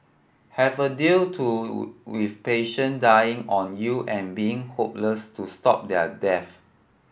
have a deal to with patient dying on you and being hopeless to stop their deaths